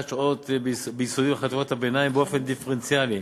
שעות ביסודי ובחטיבות הביניים באופן דיפרנציאלי.